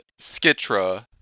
skitra